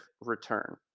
return